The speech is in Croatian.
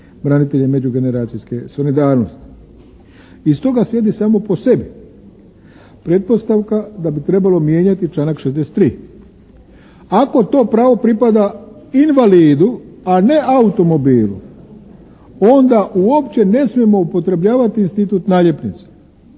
branitelje i međugeneracijske solidarnosti. Iz toga slijedi samo po sebi pretpostavka da bi trebalo mijenjati članak 63. Ako to pravo pripada invalidu, a ne automobilu onda uopće ne smijemo upotrebljavati institut naljepnice